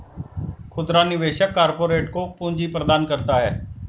खुदरा निवेशक कारपोरेट को पूंजी प्रदान करता है